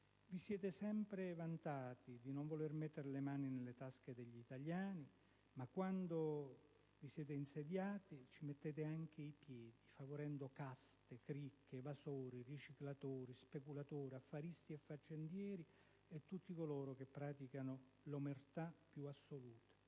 Vi siete sempre vantati di non voler mettere le mani nelle tasche degli italiani, ma da quando vi siete insediati vi avete messo anche i piedi, favorendo caste, cricche, evasori, riciclatori, speculatori, affaristi, faccendieri e tutti coloro che praticano l'omertà più assoluta.